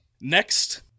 Next